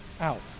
Out